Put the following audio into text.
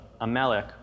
Amalek